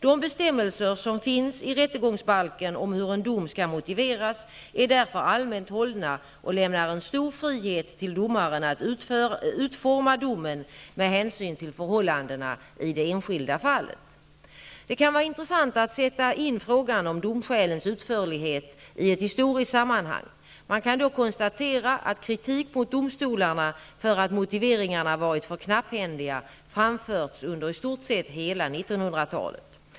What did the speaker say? De bestämmelser som finns i rättegångsbalken om hur en dom skall motiveras är därför allmänt hållna och lämnar en stor frihet till domaren att utforma domen med hänsyn till förhållandena i det enskilda fallet. Det kan vara intressant att sätta in frågan om domskälens utförlighet i ett historiskt sammanhang. Man kan då konstatera att kritik mot domstolarna för att motiveringarna varit för knapphändiga framförts under i stort sett hela 1900 talet.